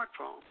smartphone